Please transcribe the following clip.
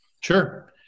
Sure